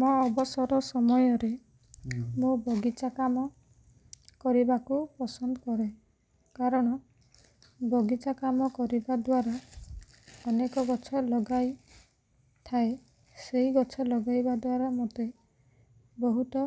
ମୋ ଅବସର ସମୟରେ ମୋ ବଗିଚା କାମ କରିବାକୁ ପସନ୍ଦ କରେ କାରଣ ବଗିଚା କାମ କରିବା ଦ୍ୱାରା ଅନେକ ଗଛ ଲଗାଇ ଥାଏ ସେଇ ଗଛ ଲଗାଇବା ଦ୍ୱାରା ମତେ ବହୁତ